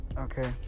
okay